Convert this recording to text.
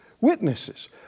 Witnesses